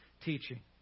teaching